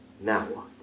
Now